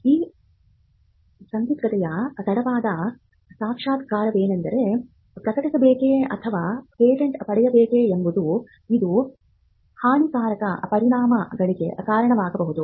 ಈ ಸಂದಿಗ್ಧತೆಯ ತಡವಾದ ಸಾಕ್ಷಾತ್ಕಾರವೆಂದರೆ ಪ್ರಕಟಿಸಬೇಕೇ ಅಥವಾ ಪೇಟೆಂಟ್ ಪಡೆಯಬೇಕೆ ಎಂಬುದು ಇದು ಹಾನಿಕಾರಕ ಪರಿಣಾಮಗಳಿಗೆ ಕಾರಣವಾಗಬಹುದು